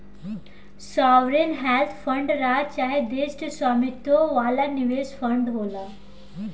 sovereign wealth fund राज्य चाहे देश के स्वामित्व वाला निवेश फंड होला